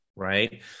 Right